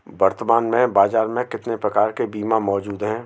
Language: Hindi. वर्तमान में बाज़ार में कितने प्रकार के बीमा मौजूद हैं?